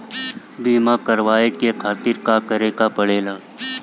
बीमा करेवाए के खातिर का करे के पड़ेला?